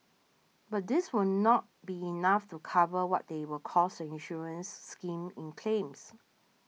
but this will not be enough to cover what they will cost the insurance scheme in claims